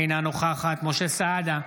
אינה נוכחת משה סעדה,